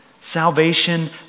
Salvation